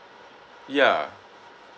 ya